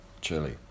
chili